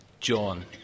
John